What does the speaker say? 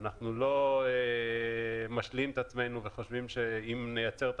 אנחנו לא משלים את עצמנו וחושבים שאם נייצר את